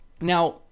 Now